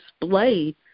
display